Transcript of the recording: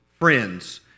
friends